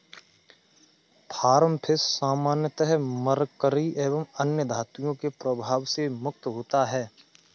farm fish सामान्यतः mercury एवं अन्य धातुओं के प्रभाव से मुक्त होता है